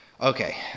Okay